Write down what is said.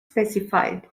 specified